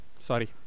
Sorry